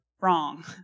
Wrong